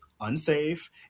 unsafe